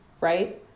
Right